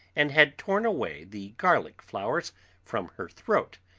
and had torn away the garlic flowers from her throat.